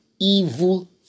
evil